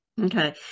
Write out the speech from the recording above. okay